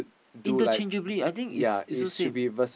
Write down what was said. interchangeably I think it's also same